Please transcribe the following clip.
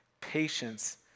patience